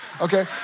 Okay